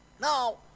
now